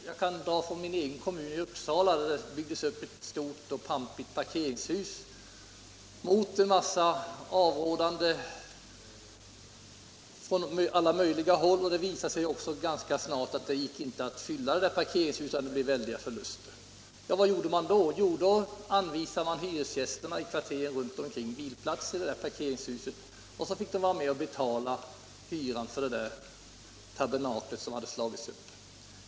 Jag kan ta ett exempel från min egen kommun, Uppsala, där man byggde ett stort och pampigt parkeringshus mot avrådanden från en massa olika håll. Det visade sig ganska snart att man inte kunde fylla detta parkeringshus, och det uppstod väldiga förluster. Då anvisade man hyresgäster i kvarteren runt omkring bilplatser i detta parkeringshus, och på det sättet fick hyresgästerna vara med och betala hyran för det tabernakel som hade slagits upp.